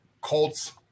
Colts